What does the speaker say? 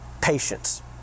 patience